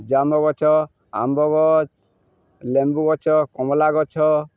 ଜାମ୍ମୁ ଗଛ ଆମ୍ବ ଗଛ ଲେମ୍ବୁ ଗଛ କମଳା ଗଛ